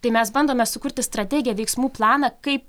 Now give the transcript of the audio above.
tai mes bandome sukurti strategiją veiksmų planą kaip